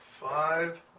Five